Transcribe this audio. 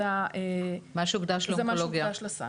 זה מה שהוקדש לסל.